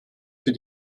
für